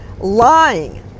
lying